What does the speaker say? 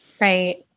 Right